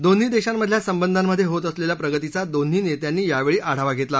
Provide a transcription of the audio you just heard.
दोन्ही देशांमधल्या संबंधांमध्ये होत असलेल्या प्रगतीचा दोन्ही नेत्यांनी यावेळी आढावा घेतला